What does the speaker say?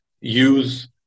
use